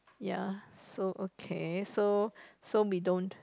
ya so okay so so we don't